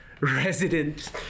resident